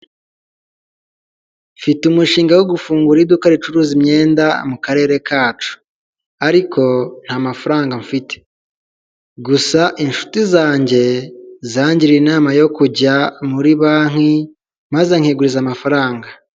Mfite umushinga wo gufungura iduka ricuruza imyenda mu karere kacu; ariko nta mafaranga mfite, gusa inshuti zanjye zangiriye inama yo kujya muri banki maze nkiguriza amafaranga.